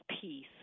peace